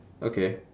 okay